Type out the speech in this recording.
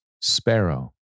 Sparrow